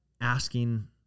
asking